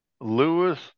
Lewis